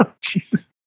Jesus